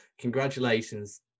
Congratulations